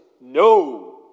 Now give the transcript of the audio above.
no